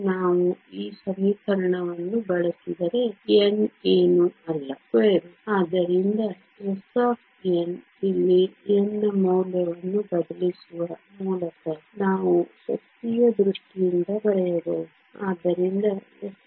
ನಾವು ಈ ಸಮೀಕರಣವನ್ನು ಬಳಸಿದರೆ n ಏನೂ ಅಲ್ಲ √❑ ಆದ್ದರಿಂದ s ಇಲ್ಲಿ n ನ ಮೌಲ್ಯವನ್ನು ಬದಲಿಸುವ ಮೂಲಕ ನಾವು ಶಕ್ತಿಯ ದೃಷ್ಟಿಯಿಂದ ಬರೆಯಬಹುದು